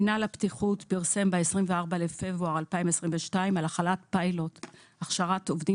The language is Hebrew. מנהל הבטיחות פרסם ב-24 בפברואר 2022 על החלת פיילוט הכשרת עובדים